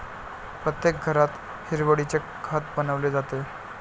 प्रत्येक घरात हिरवळीचे खत बनवले जाते